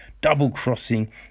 double-crossing